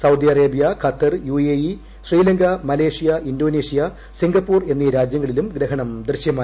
Saudi Arabia Qatar UAE Sri Lanka Malaysia Indonesia സിംഗപ്പൂർഎന്നീ രാജ്യങ്ങളിലും ഗ്രഹണം ദൃശ്യമായി